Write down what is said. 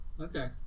Okay